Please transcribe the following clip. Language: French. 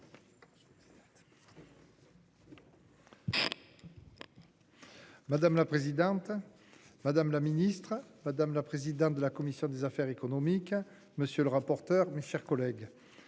Madame la présidente. Madame la ministre, madame la présidente de la commission des affaires économiques. Monsieur le rapporteur. Mes chers collègues